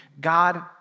God